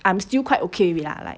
I'm still quite okay with it lah like